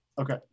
Okay